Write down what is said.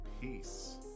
Peace